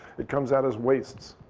it comes out as waste.